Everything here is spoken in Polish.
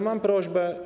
Mam prośbę.